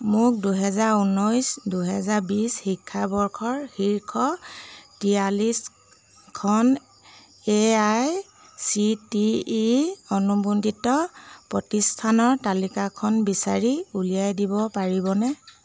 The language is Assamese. মোক দুহেজাৰ ঊনৈছ দুহেজাৰ বিছ শিক্ষাবৰ্ষৰ শীৰ্ষ তিয়াল্লিছখন A I C T E অনুমোদিত প্ৰতিষ্ঠানৰ তালিকাখন বিচাৰি উলিয়াই দিব পাৰিবনে